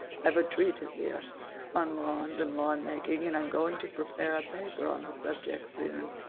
i've a treatise here on lawns and lawnmaking and i'm going to prepare a paper on the subject soon.